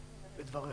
בדבריך.